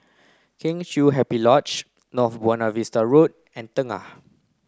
Kheng Chiu Happy Lodge North Buona Vista Road and Tengah